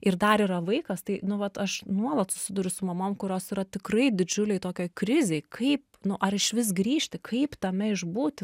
ir dar yra vaikas tai nu vat aš nuolat susiduriu su mamom kurios yra tikrai didžiulėj tokioj krizėj kaip nu ar išvis grįžti kaip tame išbūti